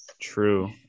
True